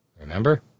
remember